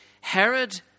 Herod